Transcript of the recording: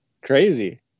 crazy